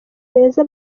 meza